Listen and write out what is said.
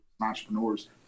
entrepreneurs